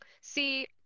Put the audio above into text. see